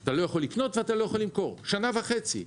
אתה לא יכול לקנות ואתה לא יכול למכור שנה וחצי.